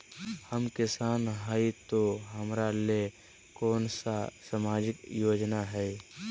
हम किसान हई तो हमरा ले कोन सा सामाजिक योजना है?